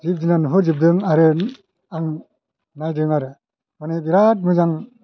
जिब जुनार नुहोजोबदों आरो आं नायदों आरो माने बिराद मोजां